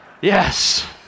Yes